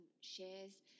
shares